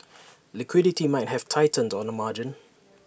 liquidity might have tightened on the margin